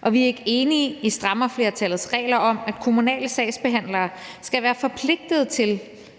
og vi er ikke enige i strammerflertallets regler om, at kommunale sagsbehandlere skal være forpligtet til